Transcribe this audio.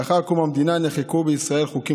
לאחר קום המדינה נחקקו בישראל חוקים